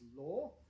law